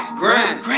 grand